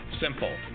Simple